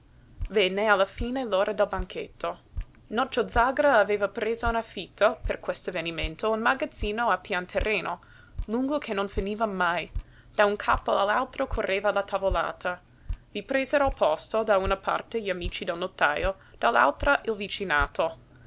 venne alla fine l'ora del banchetto nocio zàgara aveva preso in affitto per quest'avvenimento un magazzino a pian terreno lungo che non finiva mai da un capo all'altro correva la tavolata i presero posto da una parte gli amici del notajo dall'altra il vicinato